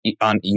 on